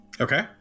Okay